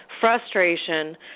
frustration